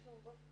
הישיבה נעולה.